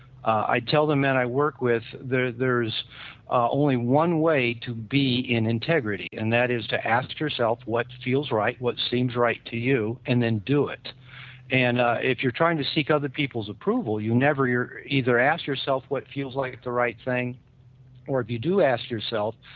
i tell the men i work with there is ah only one way to be in integrity and that is to ask yourself what feels right, what seems right to you and then do it and if you're trying to seek other peoples approval you never either ask yourself what feels like the right thing or if you do ask yourself,